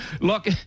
Lock